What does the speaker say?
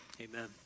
Amen